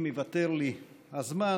אם ייוותר לי זמן,